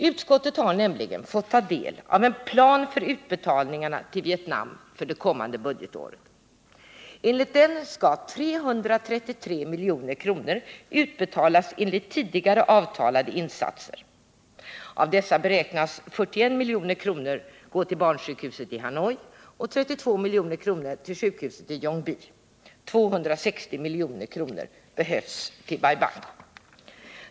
Utskottet har fått ta del av en plan för utbetalningar till Vietnam för det kommande budgetåret. Enligt denna skall 333 milj.kr. utbetalas enligt tidigare avtalade insatser. Av dessa beräknas 41 milj.kr. gå till barnsjukhuset i Hanoi och 32 milj.kr. till sjukhuset i Uong Bi. 260 milj.kr. behövs till Bai Bang.